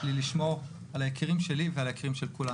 לי לשמור על היקירים שלי ועל היקירים של כולנו.